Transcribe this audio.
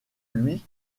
lui